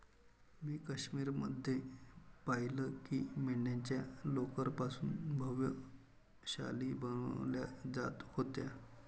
मी काश्मीर मध्ये पाहिलं की मेंढ्यांच्या लोकर पासून भव्य शाली बनवल्या जात होत्या